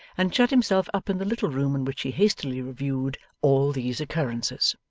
and shut himself up in the little room in which he hastily reviewed all these occurrences.